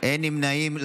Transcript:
אין נמנעים.